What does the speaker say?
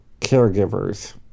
caregivers